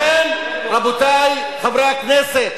לכן, רבותי חברי הכנסת,